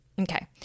Okay